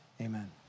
amen